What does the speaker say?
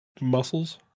Muscles